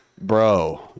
Bro